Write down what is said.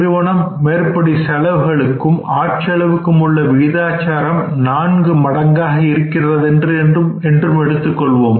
நிறுவன மேற்படி செலவுகளுக்கும் ஆட்செலவுக்கும் உள்ள விகிதாச்சாரம் நான்கு மடங்காக இருக்கின்றது என்றும் எடுத்துக் கொள்வோம்